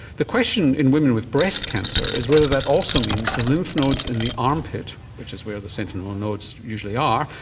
the question in women with breast cancer is whether that also means the lymph nodes in the armpit, which is where the sentinel nodes usually are,